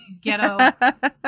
ghetto